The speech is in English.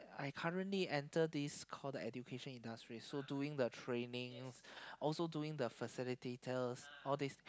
I currently enter this call the education industry so doing the training also doing the facilitator all this